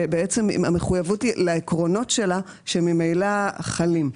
שבעצם המחויבות היא לעקרונות שלה שממילא חלים.